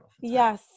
Yes